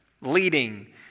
leading